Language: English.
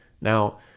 Now